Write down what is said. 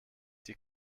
die